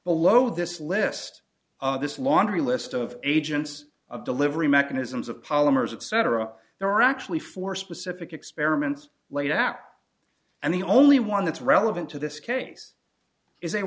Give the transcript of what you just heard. below this list this laundry list of agents of delivery mechanisms of polymers etc there are actually four specific experiments laid out and the only one that's relevant to this case is